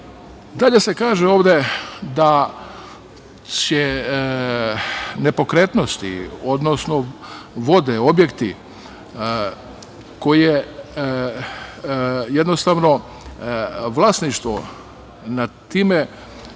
se kaže ovde da će nepokretnosti, odnosno vode, objekti, jednostavno vlasništvo nad time